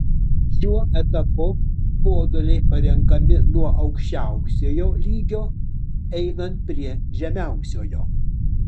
šiuo etapu moduliai parenkami nuo aukščiausiojo lygio einant prie žemiausiojo